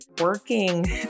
working